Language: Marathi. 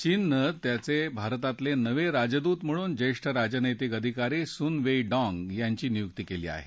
चीननं त्यांचे भारतातले नवे राजदूत म्हणून ज्येष्ठ राजनैतिक अधिकारी सुन वेईडाँग यांची नियुक्ती केली आहे